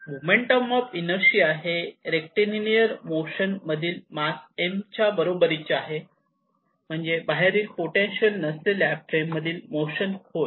moment of inertia हे rectilinear motion मधील mass m च्या बरोबरीचे आहे म्हणजेच बाहेरील पोटेन्शिअल नसलेल्या फ्रेम मधील मोशन होय